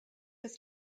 des